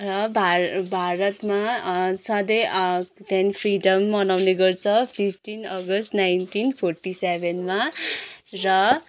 र भारतमा सधैँ त्यहाँदेखि फ्रिडम मनाउने गर्छ फिफ्टिन अगस्ट नाइन्टिन फोर्टी सेभेनमा र